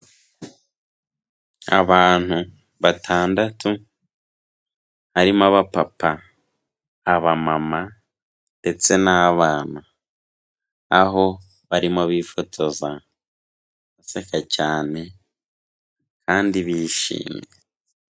Abantu batandatu, harimo abapapa, abamama ndetse n'abana, aho barimo bifotoza, baseka cyane kandi bishimye.